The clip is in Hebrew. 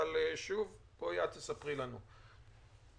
אבל תספרי לנו את.